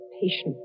patient